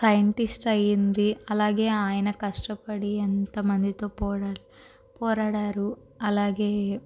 scientist అయ్యింది అలాగే ఆయన కష్టపడి ఎంతమందితో పోరాడి పోరాడారు అలాగే